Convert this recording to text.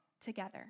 together